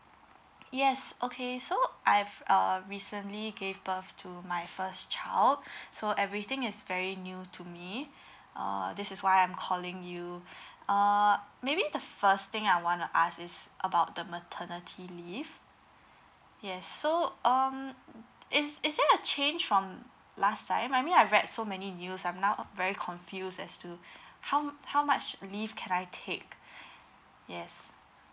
yes okay so I've uh recently gave birth to my first child so everything is very new to me uh this is why I'm calling you uh maybe the first thing I wanna ask is about the maternity leave yes so um is is there a change from last time I mean I read so many news I'm now very confused as to how how much leave can I take yes